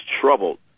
troubled